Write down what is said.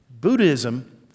Buddhism